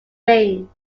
ring